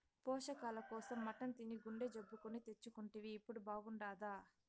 పోషకాల కోసం మటన్ తిని గుండె జబ్బు కొని తెచ్చుకుంటివి ఇప్పుడు బాగుండాదా